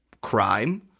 crime